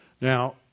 Now